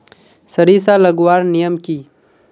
सरिसा लगवार नियम की?